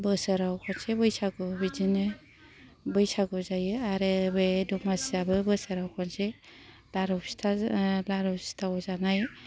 बोसोराव खनसे बैसागु बिदिनो बैसागु जायो आरो बे दमासियाबो बोसोराव खनसे लारु फिथा लारु सिथाव जानाय